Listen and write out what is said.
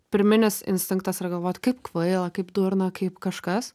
pirminis instinktas yra galvot kaip kvaila kaip durna kaip kažkas